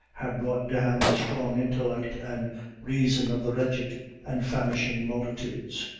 had brought down the strong intellect and reason of the wretched and famishing multitudes.